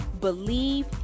believe